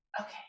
Okay